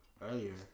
earlier